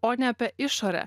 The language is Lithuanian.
o ne apie išorę